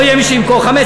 לא יהיה מי שימכור חמץ.